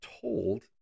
told